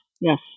Yes